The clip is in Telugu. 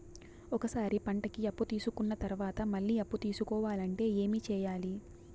ఒక సారి పంటకి అప్పు తీసుకున్న తర్వాత మళ్ళీ అప్పు తీసుకోవాలంటే ఏమి చేయాలి?